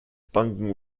banken